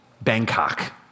Bangkok